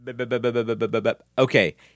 Okay